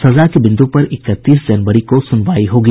सजा के बिंदु पर इकतीस जनवरी को सुनवाई होगी